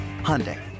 Hyundai